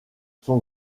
son